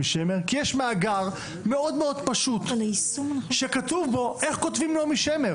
שמר כי יש מאגר מאוד מאוד פשוט שכתוב בו איך כותבים נעמי שמר,